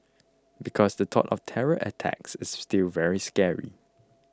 because the thought of terror attacks is still very scary